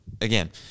again